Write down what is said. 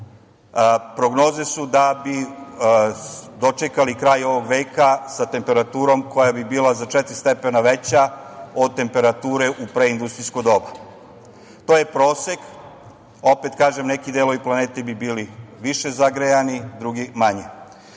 prognoze su da bi dočekali kraj ovog veka sa temperaturom koja bi bila za četiri stepena veća od temperature u Preindustrijsko doba. To je prosek, opet kažem neki delovi planete bi bili više zagrejani, drugi manje. Ono